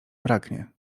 braknie